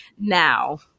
now